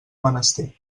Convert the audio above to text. menester